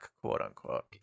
quote-unquote